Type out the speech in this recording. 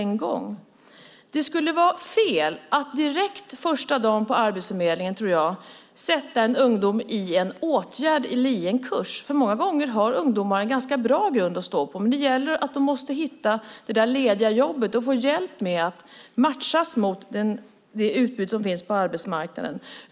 Jag tror att det skulle vara fel att första dagen på Arbetsförmedlingen sätta en ungdom i en åtgärd eller i en kurs. Många gånger har ungdomar en ganska bra grund att stå på, men de måste hitta det lediga jobbet och få hjälp med att matchas mot det utbud som finns på arbetsmarknaden.